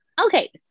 Okay